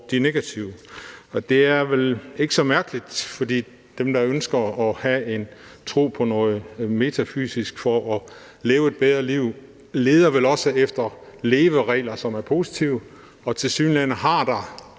og de negative, og det er vel ikke så mærkeligt, for dem, der ønsker at have en tro på noget metafysisk for at leve et bedre liv, leder vel også efter leveregler, som er positive, og tilsyneladende har der